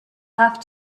have